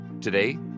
Today